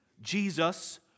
Jesus